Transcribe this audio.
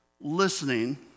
listening